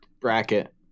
bracket